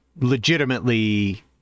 legitimately